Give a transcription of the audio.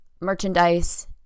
merchandise